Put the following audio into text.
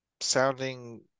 sounding